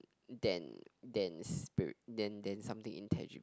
than than spiri~ than than something intangible